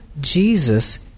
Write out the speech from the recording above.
Jesus